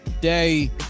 day